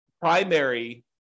Primary